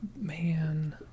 man